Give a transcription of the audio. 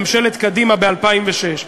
ממשלת קדימה ב-2006.